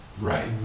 right